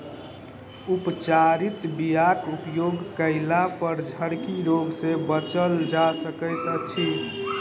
उपचारित बीयाक उपयोग कयलापर झरकी रोग सँ बचल जा सकैत अछि